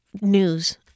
news